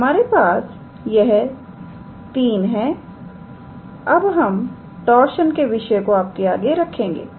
तो हमारे पास यह 3 है अब हम टार्शन के विषय को आपके आगे रखेंगे